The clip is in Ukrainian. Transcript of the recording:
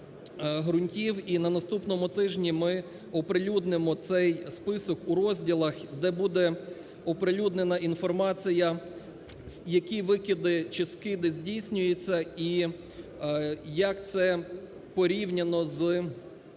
на наступному тижні ми оприлюднимо цей список у розділах, де буде оприлюднена інформація, які викиди чи скиди здійснюються, і як це порівнюється з